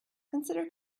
consider